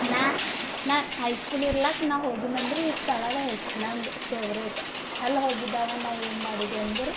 ನಾನು ನಾನು ಹೈಸ್ಕೂಲ್ ಇರ್ಲಾಕ್ ನಾ ಹೋಗೀನಂದ್ರಿ ಸ್ಥಳದ ಹೆಸರು ನನಗೆ ಫೇವ್ರೇಟ್ ಅಲ್ಲಿ ಹೋಗಿದ್ದಾಗ ನಾನು ಏನು ಮಾಡಿದ್ದೆ ಅಂದ್ರೆ